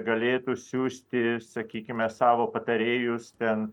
galėtų siųsti sakykime savo patarėjus ten